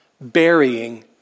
burying